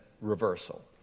reversal